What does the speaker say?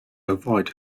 avoid